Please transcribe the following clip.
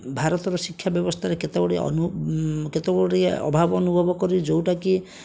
ଭାରତର ଶିକ୍ଷା ବ୍ୟବସ୍ଥାରେ କେତେ ଗୁଡ଼ିଏ ଅନୁ କେତେ ଗୁଡ଼ିଏ ଅଭାବ ଅନୁଭବ କରି ଯେଉଁଟାକି